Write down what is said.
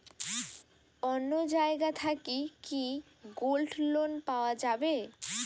অন্য জায়গা থাকি কি গোল্ড লোন পাওয়া যাবে?